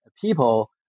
people